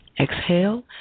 Exhale